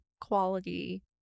quality